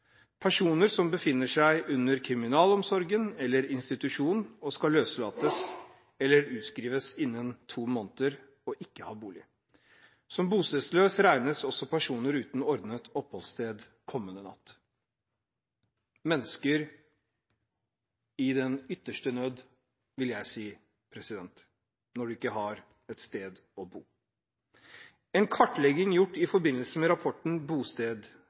personer som befinner seg under kriminalomsorgen eller i institusjon og skal løslates eller utskrives innen to måneder og ikke har bolig. Som bostedsløs regnes også personer uten ordnet oppholdssted kommende natt.» Dette er mennesker som er i den ytterste nød, vil jeg si, når de ikke har et sted å bo. En kartlegging gjort i forbindelse med rapporten